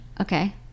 okay